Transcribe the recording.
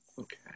Okay